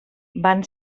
van